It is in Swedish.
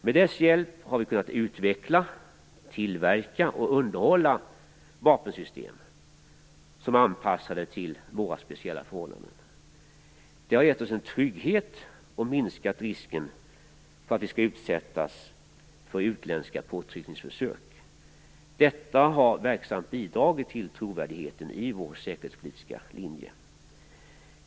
Med dess hjälp har vi kunnat utveckla, tillverka och underhålla vapensystem anpassade för våra speciella förhållanden. Det har gett oss en trygghet och minskat risken för att vi skall utsättas för utländska påtryckningsförsök. Detta har verksamt bidragit till trovärdigheten i vår säkerhetspolitiska linje.